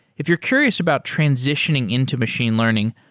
if you're curious about transitioning into machine learning,